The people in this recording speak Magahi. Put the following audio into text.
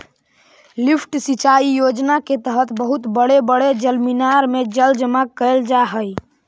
लिफ्ट सिंचाई योजना के तहत बहुत बड़े बड़े जलमीनार में जल जमा कैल जा हई